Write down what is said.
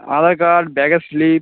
আধার card ব্যাগের slip